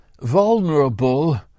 vulnerable